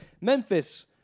Memphis